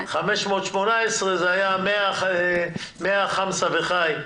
זה היה 100 חמסה וח"י,